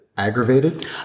Aggravated